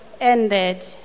ended